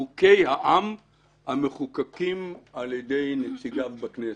חוקי העם המחוקקים על ידי נציגיו בכנסת.